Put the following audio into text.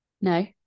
no